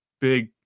big